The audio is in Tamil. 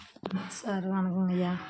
சார் வணக்கங்கைய்யா